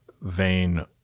vein